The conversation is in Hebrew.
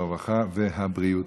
הרווחה והבריאות.